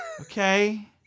Okay